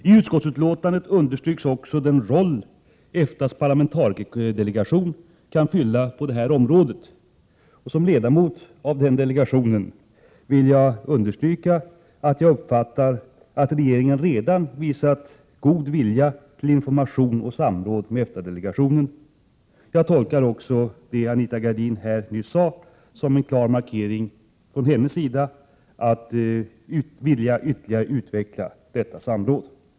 I utskottsutlåtandet understryks också den roll EFTA:s parlamentarikerdelegation kan spela på det här området. Som ledamot av den delegationen vill jag framhålla att regeringen enligt min uppfattning redan visat god vilja till information och samråd med EFTA-delegationen. Jag tolkar också det som Anita Gradin här nyss sade som en klar markering från hennes sida av att hon vill ytterligare utveckla detta samråd.